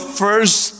first